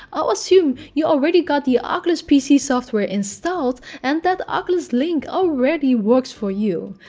i'll assume you already got the oculus pc software installed and that oculus link already works for you.